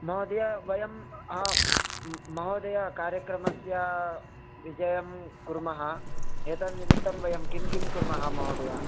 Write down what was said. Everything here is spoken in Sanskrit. महोदय वयं महोदय कार्यक्रमस्य विजयं कुर्मः एतन्निमित्तं वयं किं किं कुर्मः महोदय